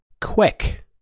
quick